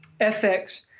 FX